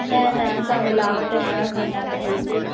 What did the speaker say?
न न असां मिलावट न रखंदा आहियूं बिल्कुलु